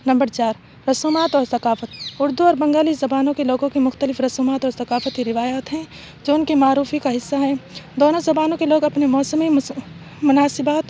number چار رسومات اور ثقافت اردو اور بنگالی زبانوں کے لوگوں کی مختلف رسومات اور ثقافتی روایات ہیں جو ان کی معروفی کا حصہ ہیں دونوں زبانوں کے لوگ اپنے موسمی مناسبت